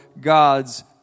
God's